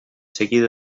seguida